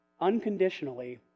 unconditionally